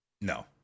No